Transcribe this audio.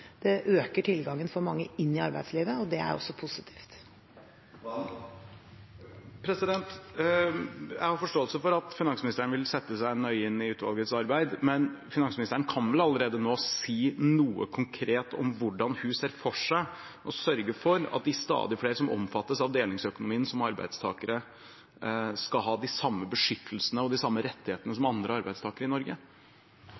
Det øker tilgangen for mange inn i arbeidslivet, og det er også positivt. Jeg har forståelse for at finansministeren vil sette seg nøye inn i utvalgets arbeid, men finansministeren kan vel allerede nå si noe konkret om hvordan hun ser for seg å sørge for at de stadig flere som omfattes av delingsøkonomien som arbeidstakere, skal ha de samme beskyttelsene og de samme rettighetene som